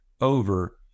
over